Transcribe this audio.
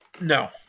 No